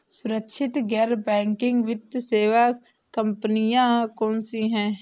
सुरक्षित गैर बैंकिंग वित्त सेवा कंपनियां कौनसी हैं?